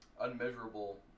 Unmeasurable